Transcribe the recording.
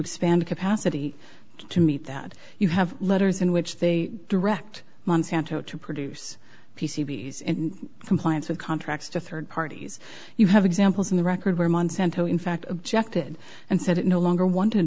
expand capacity to meet that you have letters in which they direct monsanto to produce p c b s in compliance with contracts to third parties you have examples in the record where monsanto in fact objected and said it no longer want